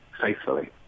faithfully